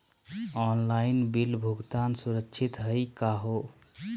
Online bill भुगतान सुरक्षित हई का हो?